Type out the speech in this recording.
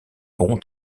bon